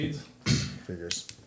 Figures